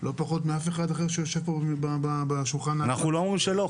לא פחות מאף אחד אחר שיושב פה בשולחן --- אנחנו לא אומרים שלא,